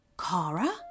Kara